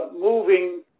moving